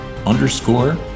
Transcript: underscore